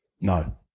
no